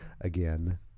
Again